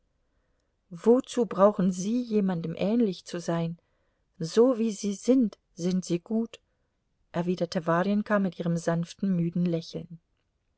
wozu brauchen sie jemandem ähnlich zu sein so wie sie sind sind sie gut erwiderte warjenka mit ihrem sanften müden lächeln